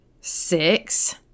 six